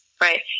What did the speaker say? Right